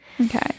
Okay